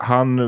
Han